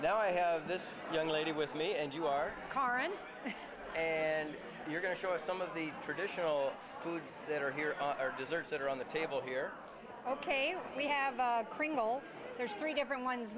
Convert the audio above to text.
now i have this young lady with me and you are current and you're going to show us some of the traditional foods that are here are desserts that are on the table here ok we have a cringle there's three different ones